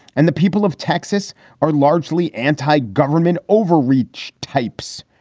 and the people of texas are largely anti-government overreach types.